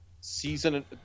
Season